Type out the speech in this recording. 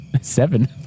Seven